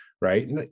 right